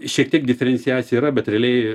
šiek tiek diferenciacija yra bet realiai